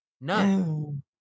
None